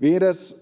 Viides